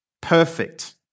perfect